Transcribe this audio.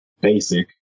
basic